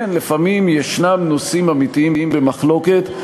כן, לפעמים יש נושאים אמיתיים במחלוקת.